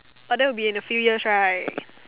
but that will be in a few years right